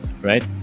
Right